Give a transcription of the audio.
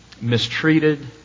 mistreated